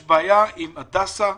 יש בעיה עם הדסה,